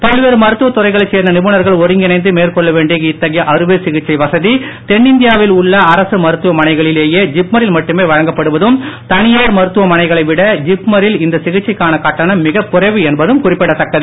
பல்வேறு மருத்துவ துறைகளைச் சேர்ந்த நிபுணர்கள் ஒருங்கிணைந்து மேற்கொள்ள வேண்டிய இத்தகைய அறுவை சிகிச்சை தென்னிந்தியாவில் உள்ள அரசு மருத்துவமனைகளிலேயே வசதி ஜிப்மரில் மட்டுமே வழங்கப்படுவதும் தனியார் மருத்துவமனைகளை விட ஜிப்மரில் இந்த சிகிச்சைக்கான கட்டணம் மிகக் குறைவு என்பதும் குறிப்பிடதக்கது